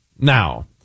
Now